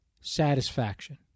satisfaction